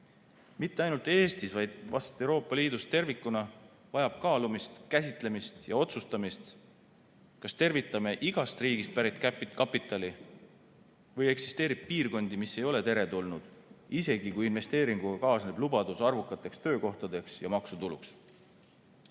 Mitte ainult Eestis, vaid Euroopa Liidus tervikuna vajab kaalumist, käsitlemist ja otsustamist, kas tervitame igast riigist pärit kapitali või eksisteerib piirkondi, mis ei ole teretulnud, isegi kui investeeringuga kaasneb arvukate töökohtade ja maksutulu